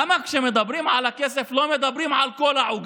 למה כשמדברים על הכסף לא מדברים על כל העוגה?